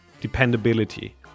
dependability